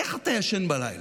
איך אתה ישן בלילה?